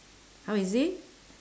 how is it